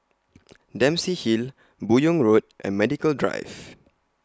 Dempsey Hill Buyong Road and Medical Drive